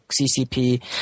CCP